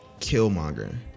Killmonger